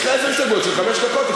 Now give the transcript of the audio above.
יש לה עשר הסתייגויות של חמש דקות.